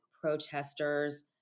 protesters